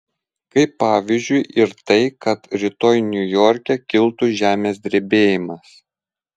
kaip pavyzdžiui ir tai kad rytoj niujorke kiltų žemės drebėjimas